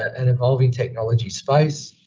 an evolving technology space.